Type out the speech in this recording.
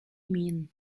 mean